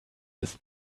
ist